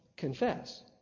Confess